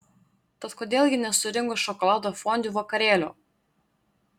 tad kodėl gi nesurengus šokolado fondiu vakarėlio